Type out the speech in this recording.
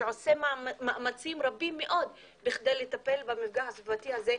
שעושה מאמצים רבים מאוד בכדי לטפל במפגע הסביבתי הזה,